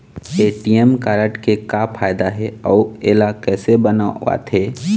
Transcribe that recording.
ATM card के का फायदा हे अऊ इला कैसे बनवाथे?